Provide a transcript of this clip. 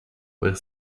were